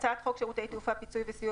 הצעת חוק שירותי תעופה (פיצוי וסיוע